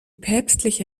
päpstliche